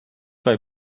why